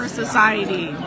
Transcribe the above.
society